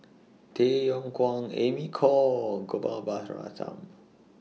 Tay Yong Kwang Amy Khor and Gopal Baratham